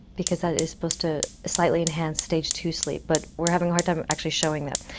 because that is supposed to slightly enhance stage two sleep, but we're having a hard time actually showing that.